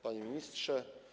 Panie Ministrze!